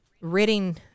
ridding